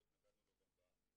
לא התנגדנו לו גם בעבר,